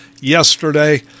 yesterday